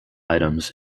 items